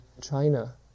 China